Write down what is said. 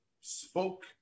spoke